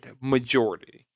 majority